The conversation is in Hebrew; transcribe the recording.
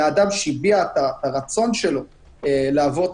לאדם שהביע את הרצון שלו לעבור את